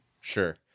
Sure